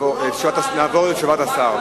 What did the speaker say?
נעבור לתשובת השר.